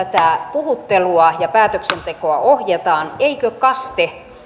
puhuttelua ja päätöksentekoa ohjataan eikö kaste